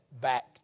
back